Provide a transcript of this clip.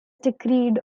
decreed